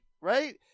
Right